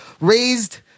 raised